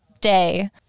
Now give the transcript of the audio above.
day